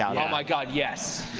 um my god, yes.